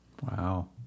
Wow